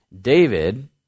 David